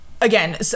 again